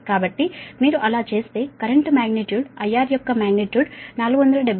కాబట్టి మీరు అలా చేస్తే కరెంటు మాగ్నిట్యూడ్ IR యొక్క మాగ్నిట్యూడ్ 477